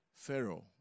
Pharaoh